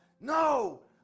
no